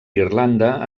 irlanda